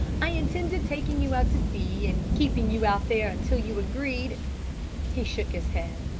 i intended taking you out to sea and keeping you out there until you agreed he shook his head.